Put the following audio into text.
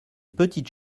petites